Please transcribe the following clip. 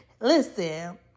listen